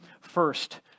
First